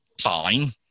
fine